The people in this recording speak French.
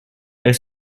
elle